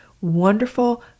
wonderful